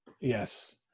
Yes